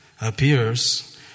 appears